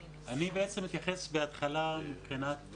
אני אתייחס בהתחלה מבחינת